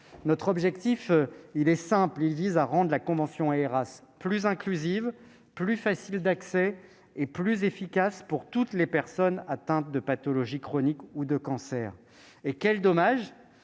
Notre objectif est simple : il vise à rendre la convention Aeras plus inclusive, plus facile d'accès et plus efficace pour toutes les personnes atteintes de pathologies chroniques ou de cancers. Quel dommage